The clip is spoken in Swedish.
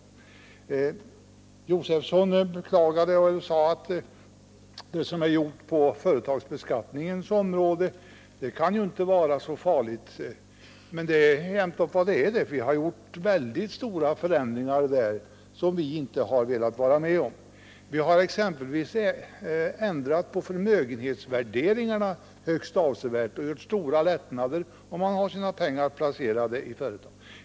Stig Josefson beklagade sig och sade att det som genomförts på företagsbeskattningens område inte kan vara så farligt. Det är jämnt upp vad det är. Det har gjorts väldigt stora förändringar på det området, som vi inte velat vara med om. Förmögenhetsvärderingarna har exempelvis ändrats högst avsevärt. Det blir stora lättnader om man har sina pengar placerade i företag.